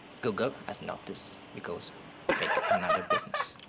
google has noticed because make another business,